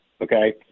Okay